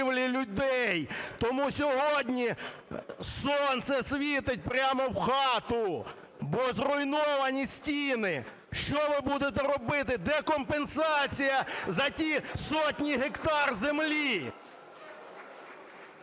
Тому сьогодні сонце світить прямо в хату, бо зруйновані стіни. Що ви будете робити? Де компенсація за ті сотні гектар землі?